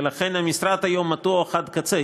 ולכן המשרד היום מתוח עד קצה.